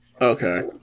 Okay